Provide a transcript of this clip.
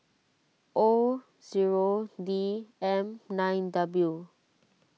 O zero D M nine W